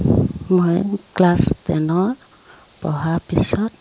মই ক্লাছ টেনৰ পঢ়াৰ পিছত